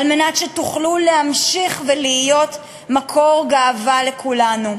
על מנת שתוכלו להמשיך ולהיות מקור גאווה לכולנו.